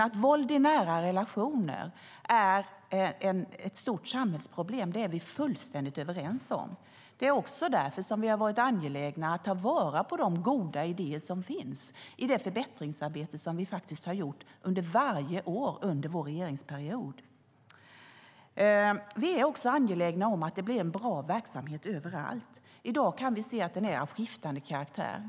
Att våld i nära relationer är ett stort samhällsproblem är vi fullständigt överens om. Det är också därför vi har varit angelägna om att ta vara på goda idéer i det förbättringsarbete som vi har gjort varje år under vår regeringsperiod. Vi är angelägna om att det blir en bra verksamhet överallt. I dag kan vi se att den är av skiftande karaktär.